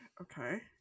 okay